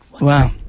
Wow